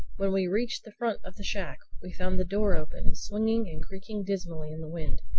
when we reached the front of the shack we found the door open, swinging and creaking dismally in the wind.